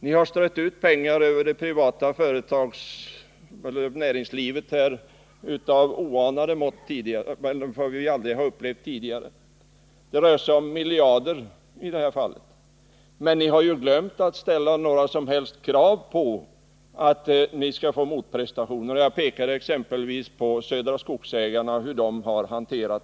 Ni har strött ut pengar över det privata näringslivet i en omfattning som vi aldrig tidigare har upplevt. Det rör sig om miljarder i det här fallet. Men ni har glömt att ställa några som helst krav på motprestationer. Jag har pekat på exempelvis Södra Skogsägarnas agerande.